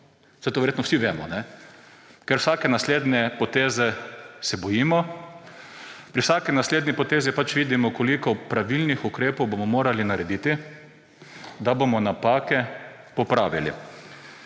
to verjetno vsi vemo. Ker vsake naslednje poteze se bojimo, pri vsaki naslednji potezi pač vidimo, koliko pravilnih ukrepov bomo morali narediti, da bomo napake popravili.